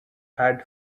had